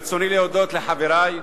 ברצוני להודות לחברי,